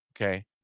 okay